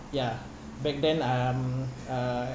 ya back then um uh